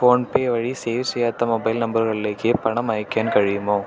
phone പേ വഴി save ചെയ്യാത്ത mobile നമ്പറുകളിലേക്ക് പണം അയയ്ക്കാൻ കഴിയുമോ